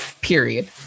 period